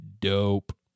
Dope